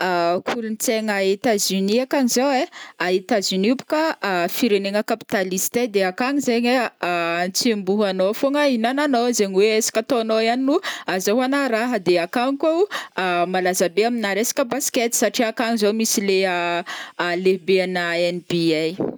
Kolontsaigna a Etazonia akgny zao ai, Etazonia io boka firenena kapitalista ai, de akagny zegny ai atsemboanao fogna hinagnanô zegny oe ezaka ataonô ihany no azahoana raha de akagny koao malaza be amina resaka basket satria akagny zao misy leha lehibe ana NBA.